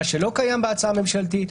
מה שלא קיים בהצעה הממשלתית.